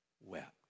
wept